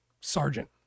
sergeant